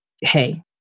hey